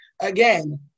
again